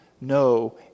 no